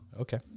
Okay